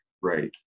right